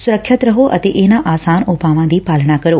ਸੁਰੱਖਿਅਤ ਰਹੋ ਅਤੇ ਇਨਾਂ ਆਸਾਨ ਉਪਾਵਾਂ ਦੀ ਪਾਲਣਾ ਕਰੋ